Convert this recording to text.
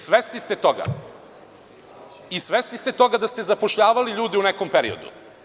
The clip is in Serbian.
Svesni ste toga i svesni ste toga da ste zapošljavali ljude u nekom periodu.